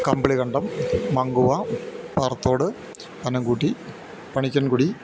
Kambilikandam Mankuva Parathodu Kanankutty Panikkankudi